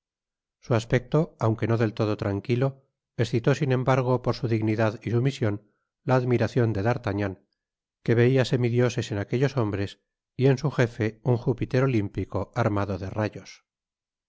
su aspecto aunque no del todo tranquilo excitó sin embargo por su dignidad y sumision la admiracion de d artagnan que veia semidioses en aquellos hombres y en su gefe un júpiter olimpico armado de rayos